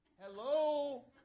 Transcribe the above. hello